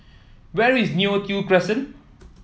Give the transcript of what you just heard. where is Neo Tiew Crescent